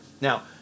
Now